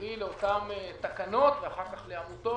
קרי: לאותן תקנות ואחר כך לעמותות